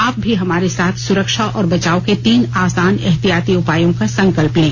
आप भी हमारे साथ सुरक्षा और बचाव के तीन आसान एहतियाती उपायों का संकल्प लें